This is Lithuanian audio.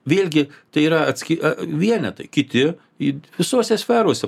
vėlgi tai yra atskiri vienetai kiti it visose sferose